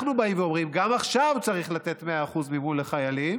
אנחנו באים ואומרים שגם עכשיו צריך לתת 100% מימון לחיילים,